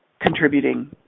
contributing